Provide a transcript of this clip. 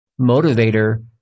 motivator